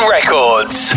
Records